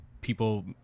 people